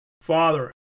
Father